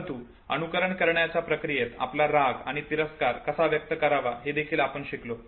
परंतु अनुकरण करण्याच्या प्रक्रियेत आपला राग आणि तिरस्कार कसा व्यक्त करावा हे देखील आपण शिकतो